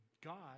God